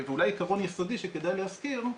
ואולי עיקרון יסודי שכדאי להזכיר,